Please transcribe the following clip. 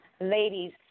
ladies